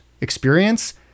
experience